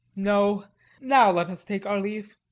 no now let us take our leave.